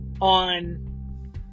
on